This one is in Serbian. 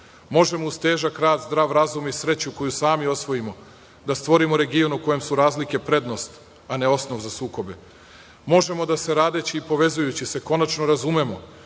Možemo uz težak rad, zdrav razum i sreću koju sami osvojimo, da stvorimo region u kojem su razlike prednost, a ne osnov za sukobe. Možemo da se radeći i povezujući konačno razumemo,